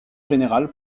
général